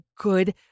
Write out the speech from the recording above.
good